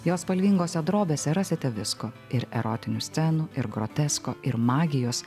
jo spalvingose drobėse rasite visko ir erotinių scenų ir grotesko ir magijos